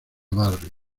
barry